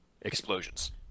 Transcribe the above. explosions